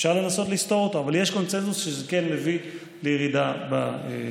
אפשר לנסות לסתור אותו אבל יש קונסנזוס שזה כן מביא לירידה בפשיעה.